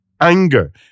anger